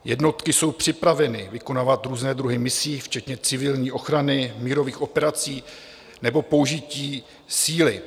Jednotky jsou připraveny vykonávat různé druhy misí, včetně civilní ochrany, mírových operací nebo použití síly.